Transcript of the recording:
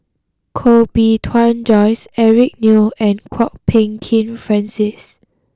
Koh Bee Tuan Joyce Eric Neo and Kwok Peng Kin Francis